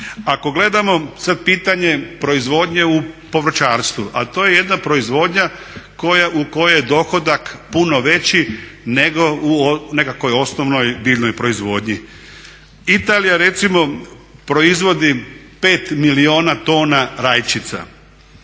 Ako gledamo sada pitanje proizvodnje u povrćarstvu a to je jedna proizvodnja u kojoj je dohodak puno veći nego u nekakvoj osnovnoj biljnoj proizvodnji. Italija recimo proizvodi 5 milijuna tona rajčica,